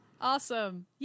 Awesome